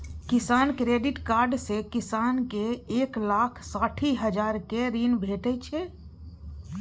किसान credit card सँ किसान केँ एक लाख साठि हजारक ऋण भेटै छै